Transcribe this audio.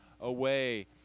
away